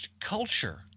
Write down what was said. culture